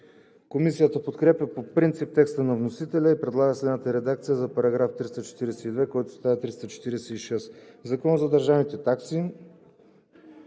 Комисията подкрепя по принцип текста на вносителя и предлага следната редакция за § 342, който става § 346: „§ 346. В Закона за държавните такси